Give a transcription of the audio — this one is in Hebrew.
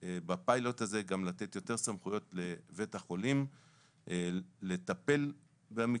בפיילוט הזה הכוונה היא גם לתת יותר סמכויות לבית החולים לטפל במקרים,